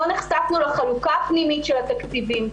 לא נחשפנו לחלוקה פנימית של התקציבים.